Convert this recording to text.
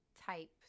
type